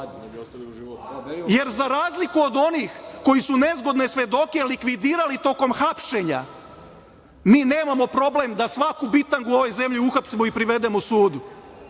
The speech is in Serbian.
tome.Za razliku od onih koji su nezgodne svedoke likvidirali tokom hapšenja, mi nemamo problem da svaku bitangu u ovoj zemlji uhapsimo i privedemo sudu.